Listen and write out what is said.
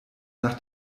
nach